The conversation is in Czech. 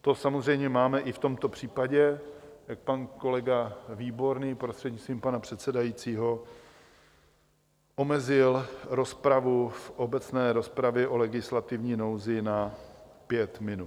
To samozřejmě máme i v tomto případě, jak pan kolega Výborný, prostřednictvím pana předsedajícího, omezil rozpravu v obecné rozpravě o legislativní nouzi na pět minut.